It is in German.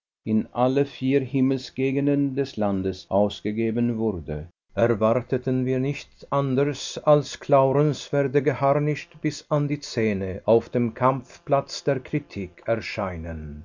in alle vier himmelsgegenden des landes ausgegeben wurde erwarteten wir nicht anders als clauren werde geharnischt bis an die zähne auf dem kampfplatz der kritik erscheinen